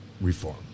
Reform